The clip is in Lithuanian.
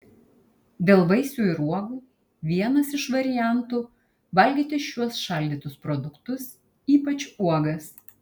dėl vaisių ir uogų vienas iš variantų valgyti šiuos šaldytus produktus ypač uogas